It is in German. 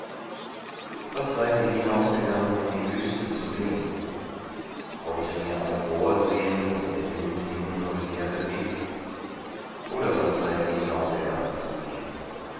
was seid ihr hinausgegangen in die wüste zu sehen wolltet ihr ein rohr sehen das der wind hin und her bewegt oder was seid ihr hinausgegangen zu sehen